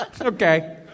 Okay